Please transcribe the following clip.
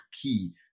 key